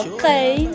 Okay